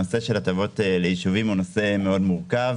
נושא ההטבות לישובים הוא נושא מורכב